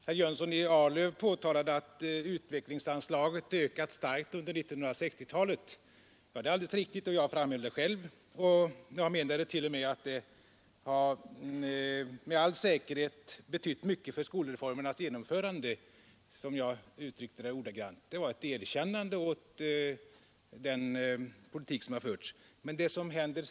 Herr talman! Herr Jönsson i Arlöv påtalade att utvecklingsanslaget ökat starkt under 1960-talet. Det är alldeles riktigt, och det framhöll jag själv. Jag sade också att detta med all säkerhet betytt mycket för skolreformernas genomförande — det var ett erkännande av den skolpolitik som förts i detta avseende.